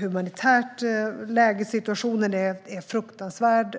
humanitärt läge. Situationen är fruktansvärd.